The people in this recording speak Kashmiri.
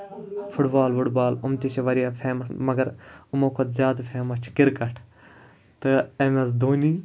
فُٹ بال وُٹ بال یِم تہِ چھِ واریاہ فیمَس مَگر یِمو کھۄتہٕ زیادٕ فیمَس چھُ کِرکٹ تہٕ ایم ایس دونی